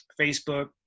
Facebook